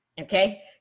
Okay